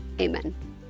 amen